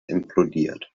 implodiert